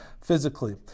physically